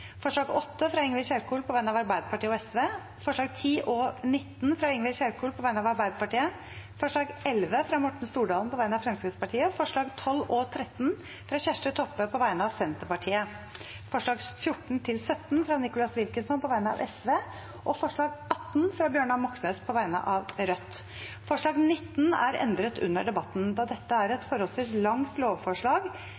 forslag nr. 7, fra Sveinung Stensland på vegne av Høyre, Venstre og Kristelig Folkeparti forslag nr. 8, fra Ingvild Kjerkol på vegne av Arbeiderpartiet og Sosialistisk Venstreparti forslagene nr. 10 og 19, fra Ingvild Kjerkol på vegne av Arbeiderpartiet forslag nr. 11, fra Morten Stordalen på vegne av Fremskrittspartiet forslagene nr. 12 og 13, fra Kjersti Toppe på vegne av Senterpartiet forslagene nr. 14–17, fra Nicholas Wilkinson på vegne av Sosialistisk Venstreparti forslag nr. 18, fra Bjørnar Moxnes på vegne av Rødt Forslag